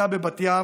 אתה בבת ים